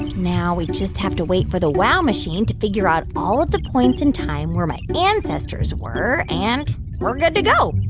now we just have to wait for the wow machine to figure out all of the points in time where my ancestors were and we're good to go.